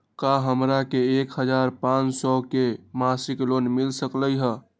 का हमरा के एक हजार पाँच सौ के मासिक लोन मिल सकलई ह?